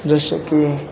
जसं की